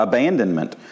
Abandonment